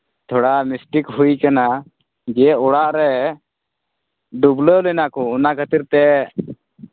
ᱛᱷᱚᱲᱟ ᱢᱤᱥᱴᱮ ᱠ ᱦᱩᱭ ᱠᱟᱱᱟ ᱡᱮ ᱚᱲᱟᱜ ᱨᱮ ᱰᱩᱵᱽᱞᱟᱹᱣ ᱞᱮᱱᱟ ᱠᱚ ᱚᱱᱟ ᱠᱷᱟᱹᱛᱤᱨ ᱛᱮ